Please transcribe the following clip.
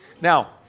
Now